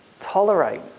tolerate